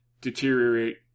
deteriorate